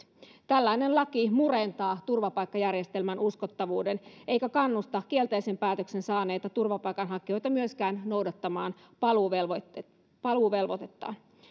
tällainen laki murentaa turvapaikkajärjestelmän uskottavuuden eikä kannusta kielteisen päätöksen saaneita turvapaikanhakijoita myöskään noudattamaan paluuvelvoitetta paluuvelvoitetta